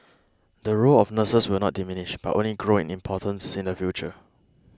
the role of nurses will not diminish but only grow in importance in the future